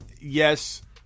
yes